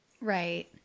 Right